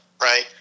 right